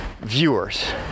viewers